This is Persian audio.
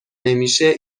نمیشه